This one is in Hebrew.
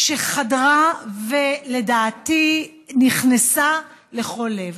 שחדרה, ולדעתי נכנסה, לכל לב.